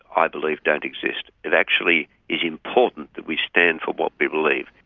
i believe don't exist. it actually is important that we stand for what we believe.